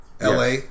LA